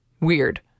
Weird